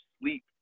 sleep